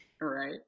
Right